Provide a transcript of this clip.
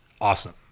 awesome